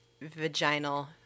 vaginal